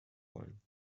wollen